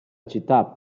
città